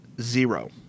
Zero